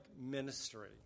ministry